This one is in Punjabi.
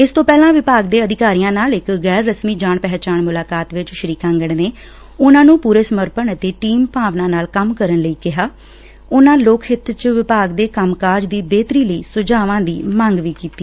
ਇਸ ਤੋ ਪਹਿਲਾਂ ਵਿਭਾਗ ਦੇ ਅਧਿਕਾਰੀਆ ਨਾਲ ਇਕ ਗੈਰ ਰਸਮੀ ਜਾਣ ਪਹਿਚਾਣ ਮੁਲਾਕਾਤ ਵਿਚ ਸ੍ਰੀ ਕਾਂਗੜ ਨੇ ਉਨ੍ਹਾਂ ਨੂੰ ਪੁਰੇ ਸਮਰਪਣ ਅਤੇ ਟੀਮ ਭਾਵਨਾ ਨਾਲ ਕੰਮ ਕਰਨ ਲਈ ਕਿਹਾ ਉਨੂਾ ਲੋਕ ਹਿੱਤ ਚ ਵਿਭਾਗ ਦੇ ਕੰਮਕਾਜ ਦੀ ਬੇਹਤਰੀ ਲਈ ਸੁਝਾਅ ਦੀ ਮੰਗ ਵੀ ਕੀਤੀ